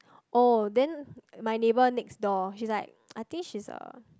oh then my neighbour next door she's like I think she's a